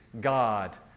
god